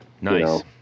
nice